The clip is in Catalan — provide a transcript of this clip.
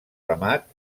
remat